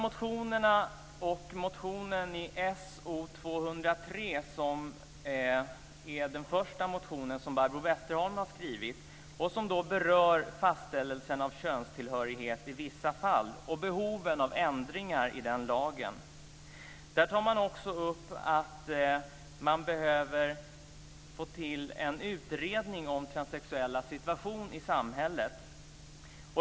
Motion So203 väckt av Barbro Westerholm berör fastställelse av könstillhörighet i vissa fall och behoven av ändringar i den lagen. Där tar man också upp att det behövs en utredning om transsexuellas situation i samhället.